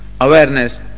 Awareness